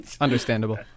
Understandable